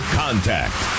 contact